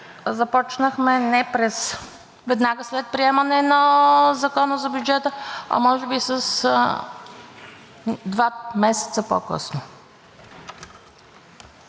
започнахме не веднага след приемане на Закона за бюджета, а може би с два месеца по-късно.